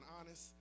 honest